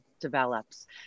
develops